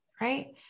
right